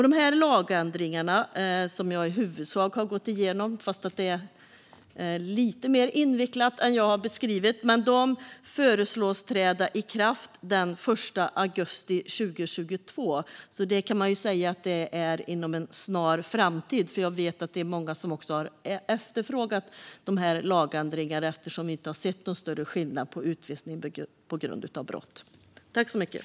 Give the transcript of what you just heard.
De lagändringar som jag nu i huvudsak har gått igenom och som är lite mer invecklade än vad jag har beskrivit föreslås träda i kraft den 1 augusti 2022. Det är inom en snar framtid. Jag vet att det är många som har efterfrågat dessa lagändringar eftersom vi inte har sett någon större skillnad när det gäller utvisning på grund av brott.